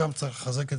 אותו צריך לחזק.